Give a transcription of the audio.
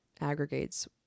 aggregates